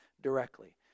directly